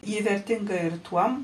ji vertinga ir tuom